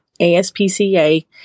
ASPCA